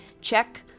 Check